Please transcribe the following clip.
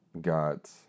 got